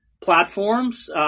platforms –